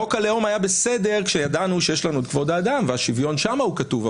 חוק הלאום היה בסדר כשידענו שיש לנו כבוד האדם והשוויון שם הוא כתוב.